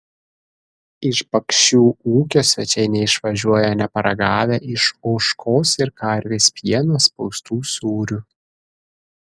iš bakšių ūkio svečiai neišvažiuoja neparagavę iš ožkos ir karvės pieno spaustų sūrių